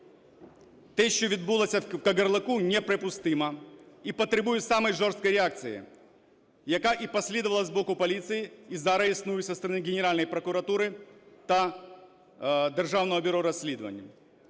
Те, що відбулося в Кагарлику, неприпустимо і потребує самої жорсткої реакції, яка і послідувала з боку поліції і зараз існує зі сторони Генеральної прокуратури та Державного бюро розслідувань.